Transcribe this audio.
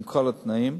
עם כל התנאים.